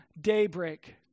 daybreak